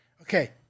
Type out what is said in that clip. Okay